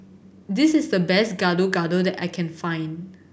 this is the best Gado Gado that I can find